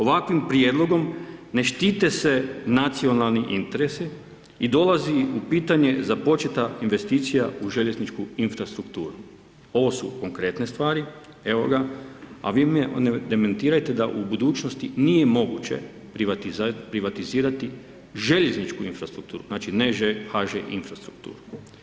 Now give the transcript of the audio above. Ovakvim prijedlogom ne štite se nacionalnim interesi i dolazi u pitanje započeta investicija u željezničku infrastrukturu, ovo su konkretne stvari, evo ga, a vi me demantirajte da u budućnosti nije moguće privatizirati željezničku infrastrukturu, znači ne HŽ infrastrukturu.